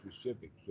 specifics